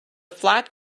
flat